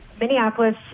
minneapolis